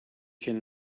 can